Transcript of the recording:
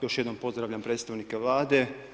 Još jednom pozdravljam predstavnike Vlade.